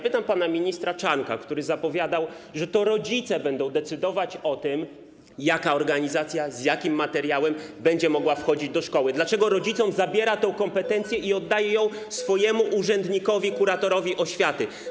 Pytam pana ministra Czarnka, który zapowiadał, że to rodzice będą decydowali o tym, jaka organizacja, z jakim materiałem będzie mogła wchodzić do szkoły, dlaczego rodzicom zabiera tę kompetencję i oddaje ją swojemu urzędnikowi, kuratorowi oświaty.